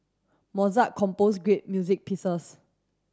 Mozart compose great music pieces